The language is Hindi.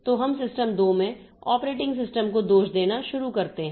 तो हम सिस्टम 2 में ऑपरेटिंग सिस्टम को दोष देना शुरू करते हैं